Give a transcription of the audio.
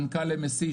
מנכ"ל MSC,